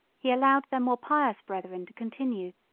he allowed their more pious brethren to continue,